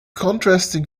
contrasting